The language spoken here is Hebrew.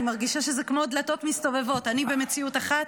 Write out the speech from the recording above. אני מרגישה שזה כמו דלתות מסתובבות: אני במציאות אחת